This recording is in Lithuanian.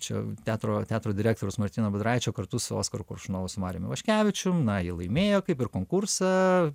čia teatro teatro direktoriaus martyno budraičio kartu su oskaru koršunovu su marium ivaškevičium na jie laimėjo kaip ir konkursą